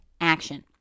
action